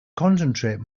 concentrate